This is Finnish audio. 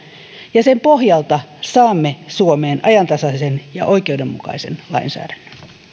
ja sen pohjalta saamme suomeen ajantasaisen ja oikeudenmukaisen lainsäädännön